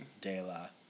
Dela